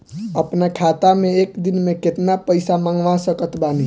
अपना खाता मे एक दिन मे केतना पईसा मँगवा सकत बानी?